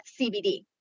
CBD